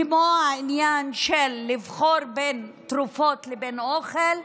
כמו העניין של לבחור בין תרופות לבין אוכל,